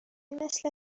مثل